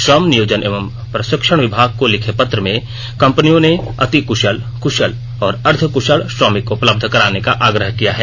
श्रम नियोजन एवं प्रषिक्षण विभाग को लिखे पत्र में कंपनियों ने अति कृषल कृषल और अर्द्व कृषल श्रमिक उपलब्ध कराने का आग्रह किया है